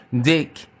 dick